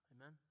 Amen